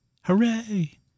Hooray